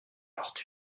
lors